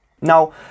Now